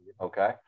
Okay